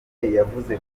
yavuze